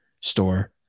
store